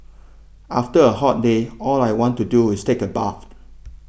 after a hot day all I want to do is take a bath